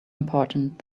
important